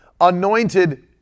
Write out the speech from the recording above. anointed